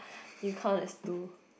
you count as two